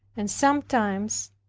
and sometimes,